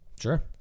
Sure